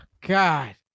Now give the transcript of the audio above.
God